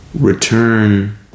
Return